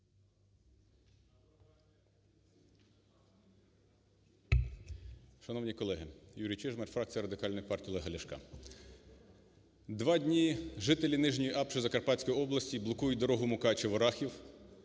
Два дні жителі Нижньої Апши Закарпатської області блокують дорогу Мукачеве - Рахів,